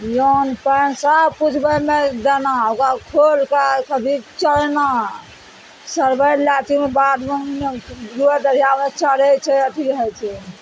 नोन पानि सब किछु ओइमे देना ओकरा खोलि निकालि कए भी चरना चरबय लए छै बाध वन नहि छै गोरि गढ़ियामे चरय छै अथी होइ छै